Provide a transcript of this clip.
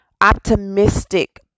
optimistic